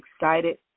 excited